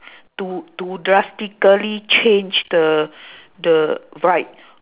to to drastically change the the vibe